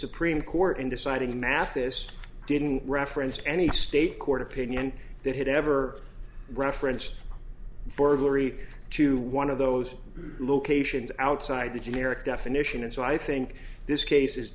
supreme court in deciding mathis didn't reference any state court opinion that had ever referenced burglary to one of those locations outside the generic definition and so i think this case is